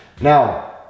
Now